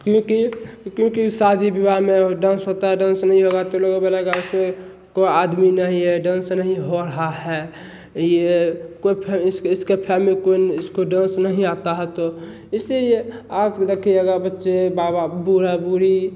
क्योंकि क्योंकि शादी विवाह में डांस होता है डांस नहीं होगा तो लोग बोलेगा उसमें कोई आदमी नहीं है डांस नहीं हुआ है ये कोई इसके इसके में कोई इसको डांस नहीं आता है तो इसलिए आज देखिएगा बच्चे माँ बाप बूढ़ा बूढ़ी